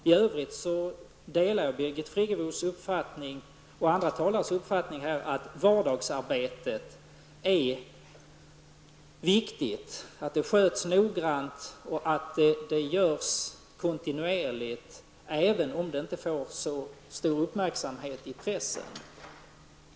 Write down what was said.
I övrigt delar jag Birgit Friggebos och andra talares uppfattning att det är viktigt att vardagsarbetet sköts noggrant och sker kontinuerligt, även om det inte får så stor uppmärksamhet i pressen.